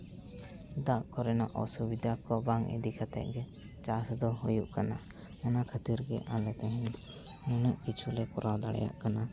ᱫᱟᱜ ᱠᱚᱨᱮᱱᱟᱜ ᱚᱥᱩᱵᱤᱫᱟ ᱠᱚ ᱵᱟᱝ ᱤᱫᱤ ᱠᱟᱛᱮᱫ ᱜᱮ ᱪᱟᱥ ᱫᱚ ᱦᱩᱭᱩᱜ ᱠᱟᱱᱟ ᱚᱱᱟ ᱠᱷᱟᱹᱛᱤᱨᱜᱮ ᱟᱞᱮ ᱛᱮᱦᱮᱧ ᱱᱩᱱᱟᱹᱜ ᱠᱤᱪᱷᱩ ᱞᱮ ᱠᱚᱨᱟᱣ ᱫᱟᱲᱮᱭᱟᱜ ᱠᱟᱱᱟ